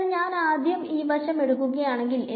അതായത് ഞാൻ ആദ്യം ഈ വശം എടുക്കുകയാണെങ്കിൽ